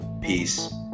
peace